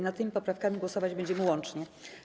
Nad tymi poprawkami głosować będziemy łącznie.